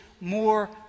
more